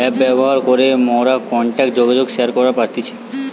app ব্যবহার করে মোরা কন্টাক্ট বা যোগাযোগ শেয়ার করতে পারতেছি